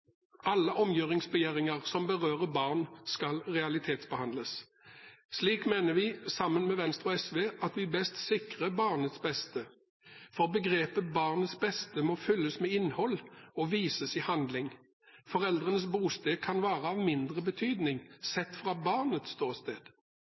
alle omgjøringsbegjæringer som berører barn, skal realitetsbehandles. Slik mener vi, sammen med Venstre og SV, at vi best sikrer barnets beste. Begrepet «barnets beste» må fylles med innhold og vises i handling. Foreldrenes bosted kan være av mindre betydning,